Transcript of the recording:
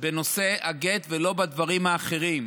בנושא הגט, ולא בדברים האחרים,